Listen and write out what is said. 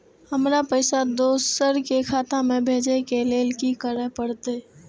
हमरा पैसा दोसर के खाता में भेजे के लेल की करे परते?